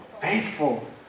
Faithful